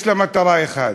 יש לה מטרה אחת: